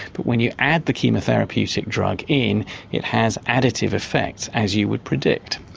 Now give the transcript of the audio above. but when you add the chemotherapeutic drug in it has additive effects as you would predict.